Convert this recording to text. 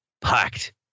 packed